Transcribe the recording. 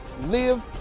live